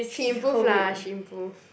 she improve lah she improve